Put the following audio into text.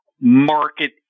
market